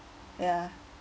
ya